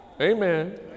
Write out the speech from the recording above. Amen